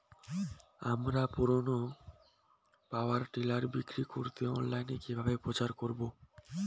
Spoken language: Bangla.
আমার পুরনো পাওয়ার টিলার বিক্রি করাতে অনলাইনে কিভাবে প্রচার করব?